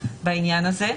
להשיג.